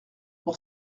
pour